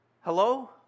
Hello